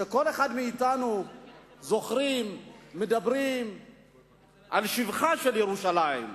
כשכל אחד מאתנו זוכר ומדבר בשבחה של ירושלים,